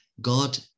God